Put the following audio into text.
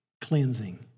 Cleansing